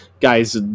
guys